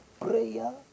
Prayer